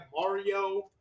Mario